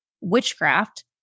witchcraft